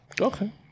Okay